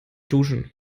duschen